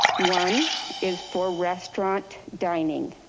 one is for restaurant dining.